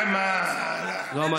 מר הרב יעקב ליצמן,